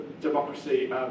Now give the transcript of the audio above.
democracy